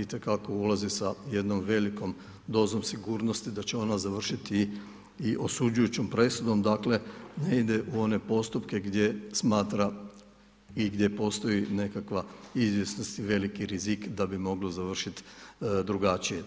itekako ulazi sa jednom velikom dozom sigurnosti da će ona završiti i osuđujućom presudom, dakle ne ide u one postupke gdje smatra i gdje postoji nekakva izvjesnost i veliki rizik da bi moglo završit drugačije.